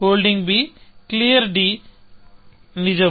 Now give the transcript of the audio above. holding b clear నిజం